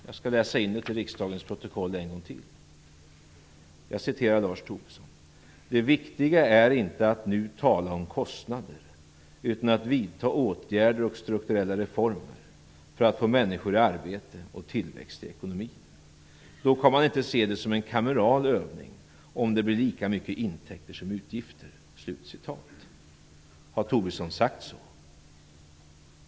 Jag skall läsa in det till riksdagens protokoll en gång till: Det viktiga är inte att nu tala om kostnader, utan att vidta åtgärder och strukturella reformer för att få människor i arbete och tillväxt i ekonomin. Då kan man inte se det som en kameral övning om det blir lika mycket intäkter som utgifter. Har Tobisson sagt så?